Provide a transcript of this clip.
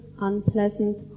unpleasant